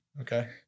Okay